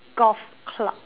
golf club